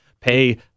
pay